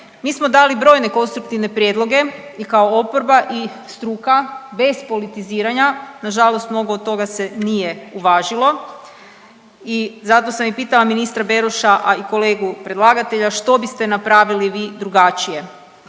Mi smo dali brojne konstruktivne prijedloge i kao oporba i struka bez politiziranja. Na žalost nogo toga se nije uvažilo i zato sam i pitala ministra Beroša a i kolegu predlagatelja što biste napravili vi drugačije?